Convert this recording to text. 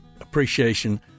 appreciation